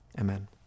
amen